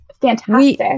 fantastic